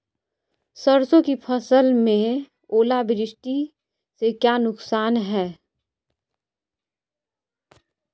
सरसों की फसल में ओलावृष्टि से क्या नुकसान है?